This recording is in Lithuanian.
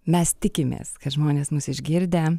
mes tikimės kad žmonės mus išgirdę